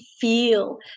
feel